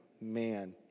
Man